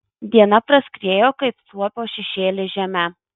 diena praskriejo kaip suopio šešėlis žeme